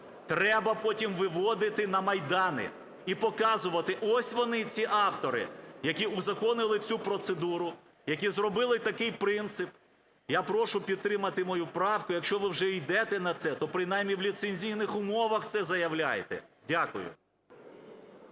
треба потім виводити на майдани і показувати, ось вони, ці автори, які узаконили цю процедуру, які зробили такий принцип. Я прошу підтримати мою правку. Якщо ви вже ідете на це, то принаймні в ліцензійних умовах це заявляйте. Дякую.